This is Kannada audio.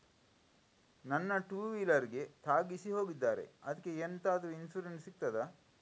ನನ್ನ ಟೂವೀಲರ್ ಗೆ ತಾಗಿಸಿ ಹೋಗಿದ್ದಾರೆ ಅದ್ಕೆ ಎಂತಾದ್ರು ಇನ್ಸೂರೆನ್ಸ್ ಸಿಗ್ತದ?